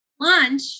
lunch